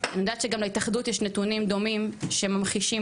ואני יודעת שגם להתאחדות יש נתונים דומים שממחישים